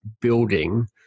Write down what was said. building